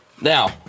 Now